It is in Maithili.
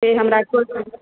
से हमरा